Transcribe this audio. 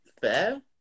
Fair